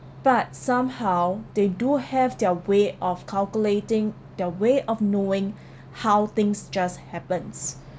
but somehow they do have their way of calculating their way of knowing how things just happens